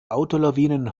autolawinen